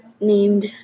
named